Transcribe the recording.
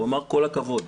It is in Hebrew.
הוא אמר כל הכבוד.